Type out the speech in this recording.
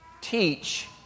teach